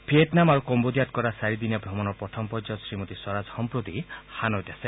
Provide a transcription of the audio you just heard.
Vietnam আৰু কম্বোদিয়াত কৰা চাৰিদনীয়া ভ্ৰমণৰ প্ৰথম পৰ্যায়ত শ্ৰীমতী স্বৰাজ সম্প্ৰতি হানৈত আছে